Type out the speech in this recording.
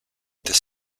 this